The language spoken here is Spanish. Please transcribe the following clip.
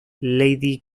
lady